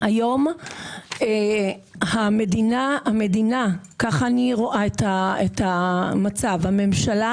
היום המדינה, כך אני רואה את המצב, הממשלה